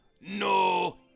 No